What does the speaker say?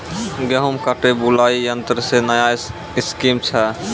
गेहूँ काटे बुलाई यंत्र से नया स्कीम छ?